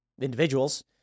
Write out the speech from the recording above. individuals